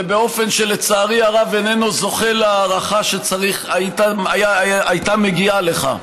שלצערי הרב איננו זוכה להערכה שהייתה מגיעה לכך.